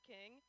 King